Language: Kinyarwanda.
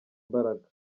imbaraga